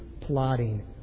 plotting